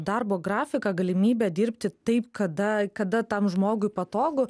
darbo grafiką galimybę dirbti taip kada kada tam žmogui patogu